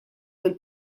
fil